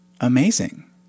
amazing